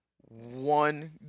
One